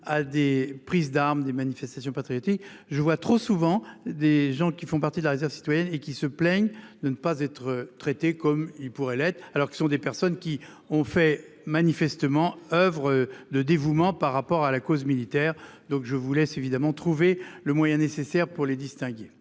à des prises d'armes des manifestations patriotiques. Je vois trop souvent des gens qui font partie de la réserve citoyenne et qui se plaignent de ne pas être traités comme il pourrait l'être alors que ce sont des personnes qui ont fait manifestement oeuvre de dévouement, par rapport à la cause militaire. Donc je vous laisse évidemment trouver le moyen nécessaire pour les distinguer.